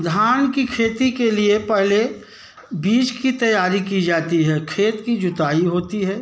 धान की खेती के लिए पहले बीज की तैयारी की जाती है खेत की जुताई होती है